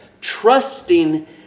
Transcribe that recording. trusting